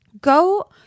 Go